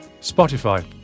Spotify